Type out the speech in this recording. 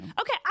Okay